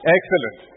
Excellent